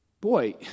boy